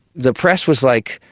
the press was, like,